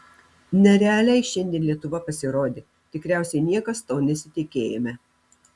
nerealiai šiandien lietuva pasirodė tikriausiai niekas to nesitikėjome